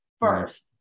first